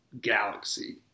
galaxy